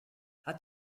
hat